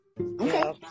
Okay